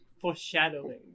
foreshadowing